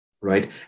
right